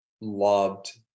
loved